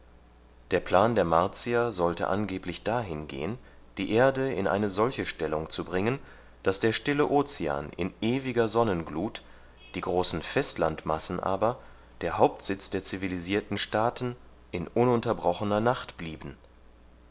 der plan der martier sollte angeblich dahin gehen die erde in eine solche stellung zu bringen daß der stille ozean in ewiger sonnenglut die großen festlandmassen aber der hauptsitz der zivilisierten staaten in ununterbrochener nacht blieben